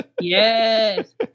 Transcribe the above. Yes